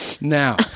Now